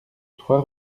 trois